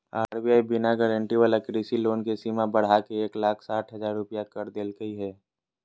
RBI बिना guarantee वाला कृषि लोन के सीमा बढ़ाके एक लाख साठ हजार रुपया कर देलके हें